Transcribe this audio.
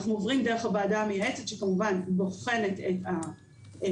אנחנו עוברים דרך הוועדה המייעצת שכמובן בוחנת את הפרויקט,